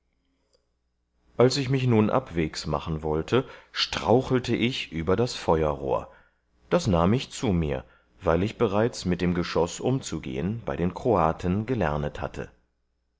als ich mich nun abwegs machen wollte strauchelte ich über das feuerrohr das nahm ich zu mir weil ich bereits mit dem geschoß umzugehen bei den kroaten gelernet hatte